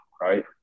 right